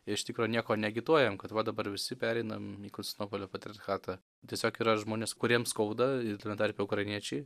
iš tikro nieko neagituojam kad va dabar visi pereinam į konstantinopolio patriarchatą tiesiog yra žmonės kuriem skauda ir tame tarpe ukrainiečiai